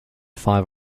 five